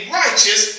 righteous